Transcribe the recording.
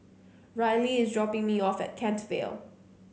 Ryleigh is dropping me off at Kent Vale